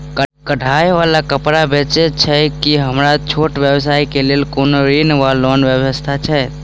कढ़ाई वला कापड़ बेचै छीयै की हमरा छोट व्यवसाय केँ लेल कोनो ऋण वा लोन व्यवस्था छै?